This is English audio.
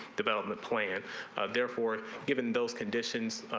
development plan therefore given those condition.